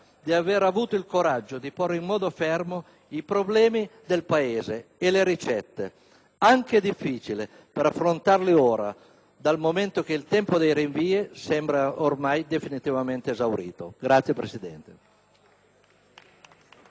di aver avuto il coraggio di porre in modo fermo i problemi del Paese e le ricette, anche difficili, per affrontarli ora, dal momento che il tempo dei rinvii sembra ormai definitivamente esaurito. *(Applausi